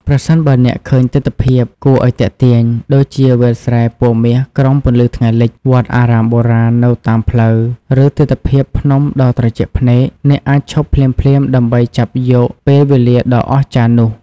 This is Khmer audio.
ប្រសិនបើអ្នកឃើញទិដ្ឋភាពគួរឱ្យទាក់ទាញ ដូចជាវាលស្រែពណ៌មាសក្រោមពន្លឺថ្ងៃលិច វត្តអារាមបុរាណនៅតាមផ្លូវ ឬទិដ្ឋភាពភ្នំដ៏ត្រជាក់ភ្នែក អ្នកអាចឈប់ភ្លាមៗដើម្បីចាប់យកពេលវេលាដ៏អស្ចារ្យនោះ។